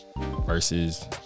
versus